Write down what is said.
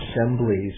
assemblies